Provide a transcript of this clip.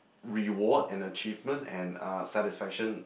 reward and achievement and uh satisfaction